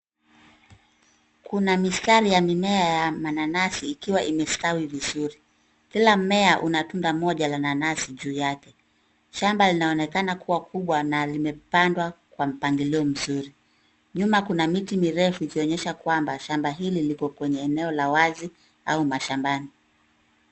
Kuna mistari ya mimea ya mananasi ikiwa imestawi vizuri. Kila mmea una tunda moja la nanasi juu yake. Shamba linaonekana kuwa kubwa na limepandwa kwa mpangilio mzuri. Nyuma kuna miti mirefu, ikionyesha kwamba shamba hili liko kwenye eneo la wazi au mashambani.